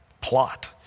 plot